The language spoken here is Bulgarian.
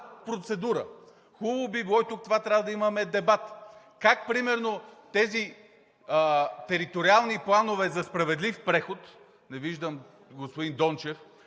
процедура. Хубаво би било и тук трябва да имаме дебат. Как примерно тези териториални планове за справедлив преход – не виждам господин Дончев,